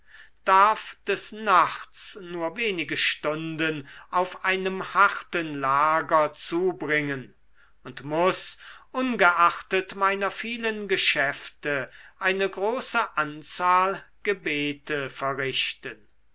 darf des nachts nur wenige stunden auf einem harten lager zubringen und muß ungeachtet meiner vielen geschäfte eine große anzahl gebete verrichten